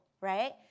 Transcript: right